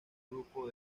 grupo